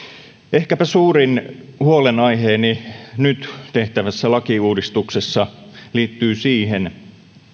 ehkäpä suurin huolenaiheeni nyt tehtävässä lakiuudistuksessa liittyy siihen